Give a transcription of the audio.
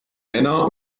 männer